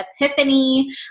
epiphany